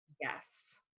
Yes